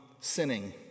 sinning